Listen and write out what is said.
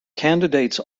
candidates